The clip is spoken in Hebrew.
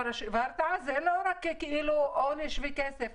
והרתעה זה לא רק כאילו עונש וכסף,